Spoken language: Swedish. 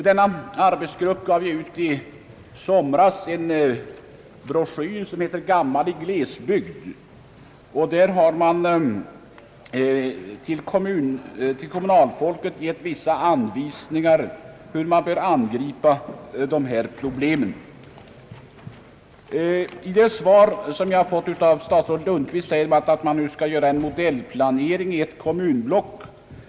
Denna arbetsgrupp gav i somras ut en broschyr, Gammal i glesbygd. Däri har man till kommunalfolket gett vissa anvisningar om hur de här problemen bör angripas. I det svar som jag fått av statsrådet Lundkvist sägs att man nu skall göra en modellplanering i ett kommunblock.